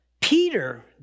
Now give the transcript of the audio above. Peter